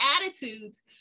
attitudes